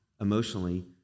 emotionally